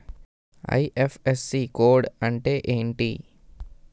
IFSC code అంటే ఏంటి?